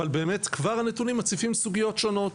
אבל באמת כבר הנתונים מציפים סוגיות שונות,